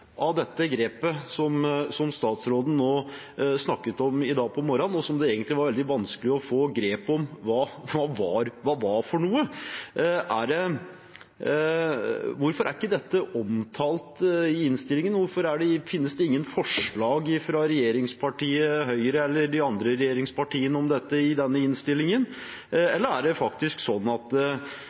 av dette grepet som statsråden snakket om på morgenen i dag, og som det egentlig var veldig vanskelig å få grep om hva var. Hvorfor er ikke dette omtalt i innstillingen, og hvorfor finnes det ingen forslag fra regjeringspartiet Høyre eller de andre regjeringspartiene om dette i denne innstillingen? Eller er det faktisk sånn at